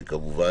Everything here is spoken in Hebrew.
לסעיף,